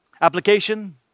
Application